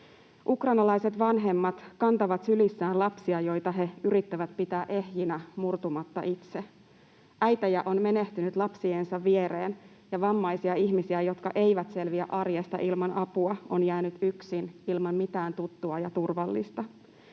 Ukrainalaiset vanhemmat kantavat sylissään lapsia, joita he yrittävät pitää ehjinä murtumatta itse. Äitejä on menehtynyt lapsiensa viereen ja vammaisia ihmisiä, jotka eivät selviä arjesta ilman apua, on jäänyt yksin ilman mitään tuttua ja turvallista.